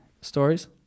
stories